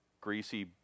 greasy